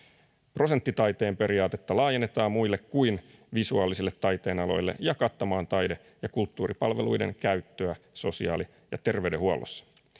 prosenttitaiteen periaatetta laajennetaan muille kuin visuaalisille taiteenaloille ja kattamaan taide ja kulttuuripalveluiden käyttöä sosiaali ja terveydenhuollossa